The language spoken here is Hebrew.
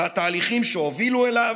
בתהליכים שהובילו אליו,